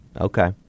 Okay